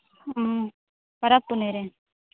ᱚ ᱯᱚᱨᱚᱵᱽᱼᱯᱩᱱᱟᱹᱭ ᱨᱮ